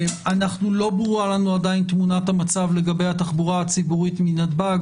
לא ברורה לנו עדיין תמונת המצב לגבי התחבורה הציבורית מנתב"ג.